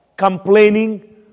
Complaining